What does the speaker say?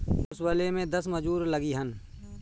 ओसवले में दस मजूर लगिहन